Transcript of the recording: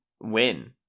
win